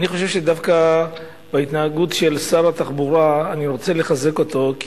אני חושב שדווקא בהתנהגות של שר התחבורה אני רוצה לחזק אותו.